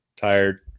tired